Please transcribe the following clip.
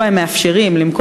כתוצאה מכך,